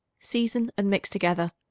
season and mix together.